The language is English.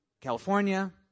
California